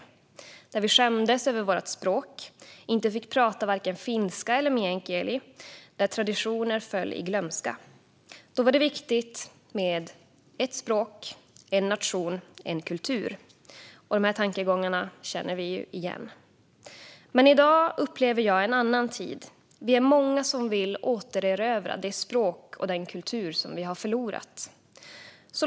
Det var en tid då vi skämdes över vårt språk och varken fick prata finska eller meänkieli och då traditioner föll i glömska. Då var det viktigt med ett språk, en nation och en kultur. De här tankegångarna känner vi igen. Men i dag upplever jag en annan tid. Vi är många som vill återerövra det språk och den kultur som vi har förlorat.